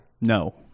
No